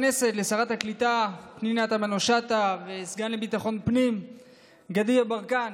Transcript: השר לביטחון פנים גדי יברקן.